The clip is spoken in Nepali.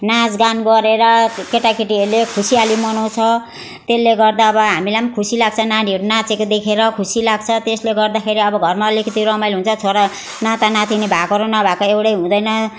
नाच गान गरेर केटा केटीहरूले खुसियाली मनाउछ त्यसले गर्दा अब हामीलाई खुसी लाग्छ नानीहरू नाचेको देखेर खुसी लाग्छ त्यसले गर्दाखेरि अब घरमा अलिकति रमाइलो हुन्छ छोरा नाता नातिनी भएको र नभएको एउटा हुँदैन